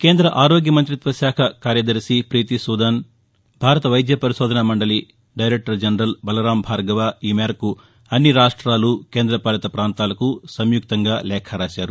కేంద ఆరోగ్య మంతిత్వ శాఖ కార్యదర్శి ప్రీతి సూదన్ భారత వైద్య పరిశోధన మండలి డైరెక్టర్ జనరల్ బలరాం భార్గవ ఈ మేరకు అన్ని రాష్ట్రెలు కేంద్ర పాలిత పాంతాలకు సంయుక్తంగా లేఖ రాశారు